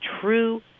true